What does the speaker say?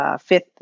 fifth